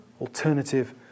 alternative